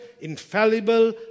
infallible